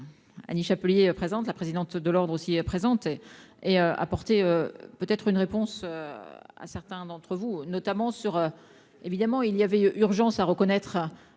Annie Chapelier présente la présidente de l'Ordre aussi présente et apporter peut être une réponse à certains d'entre vous, notamment sur évidemment, il y avait urgence à reconnaître